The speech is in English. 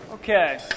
Okay